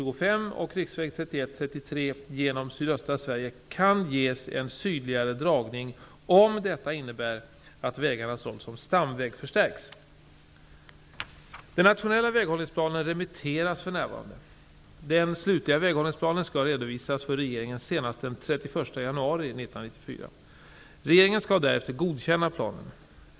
och RV31/33 genom sydöstra Sverige kan ges en sydligare dragning om detta innebär att vägarnas roll som stamväg förstärks''. Den nationella väghållningsplanen remitteras för närvarande. Den slutliga väghållningsplanen skall redovisas för regeringen senast den 31 januari 1994. Regeringen skall därefter godkänna planen.